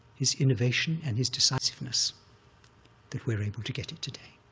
his innovation, and his decisiveness that we're able to get it today.